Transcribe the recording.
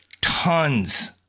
tons